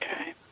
Okay